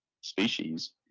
species